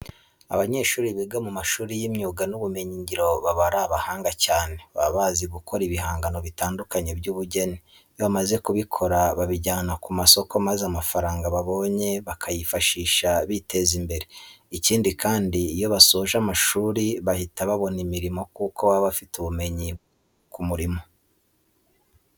Abanyeshuri biga mu mashuri y'imyuga n'ubumenyingiro baba ari abahanga cyane, baba bazi gukora ibihangano bitandukanye by'ubugeni. Iyo bamaze kubikora babijyana ku masoko maza amafaranga babonye bakayifashisha biteza imbere. Ikindi kandi, iyo basoje amashuri bahita babona imirimo kuko baba bafite ubumenyi bukenewe ku murimo.